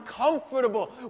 uncomfortable